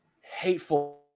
hateful